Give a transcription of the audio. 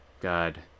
god